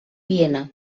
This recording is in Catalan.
viena